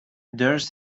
there’s